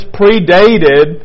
predated